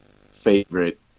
favorite